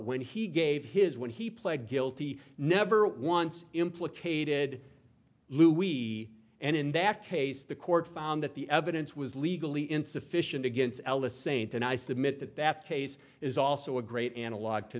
when he gave his when he pled guilty never once implicated lou we and in that case the court found that the evidence was legally insufficient against l a saint and i submit that that case is also a great analog to